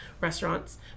restaurants